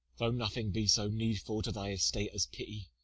though nothing be so needful to thy estate as pity,